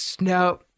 no